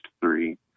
three